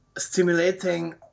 stimulating